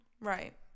Right